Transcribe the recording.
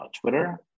Twitter